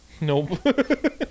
nope